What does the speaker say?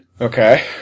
Okay